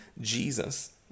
Jesus